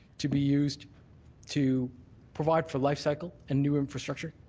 to be used to provide for life cycle and new infrastructure.